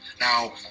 Now